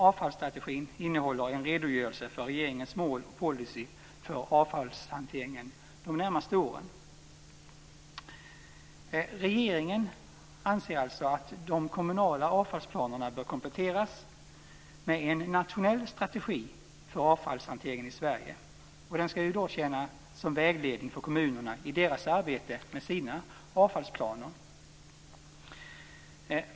Avfallsstrategin innehåller en redogörelse för regeringens mål och policy för avfallshanteringen de närmaste åren. Regeringen anser alltså att de kommunala avfallsplanerna bör kompletteras med en nationell strategi för avfallshanteringen i Sverige. Den skall tjäna som vägledning för kommunerna i deras arbete med sina avfallsplaner.